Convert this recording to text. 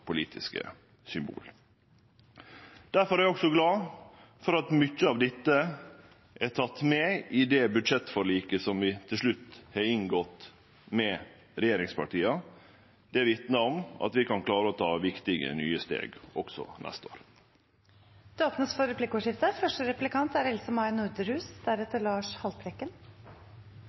politiske symbol. Difor er eg også glad for at mykje av dette er teke med i det budsjettforliket som vi til slutt har inngått med regjeringspartia. Det vitnar om at vi kan klare å ta viktige, nye steg også neste år. Det blir replikkordskifte. Representanten Dale er